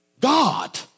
God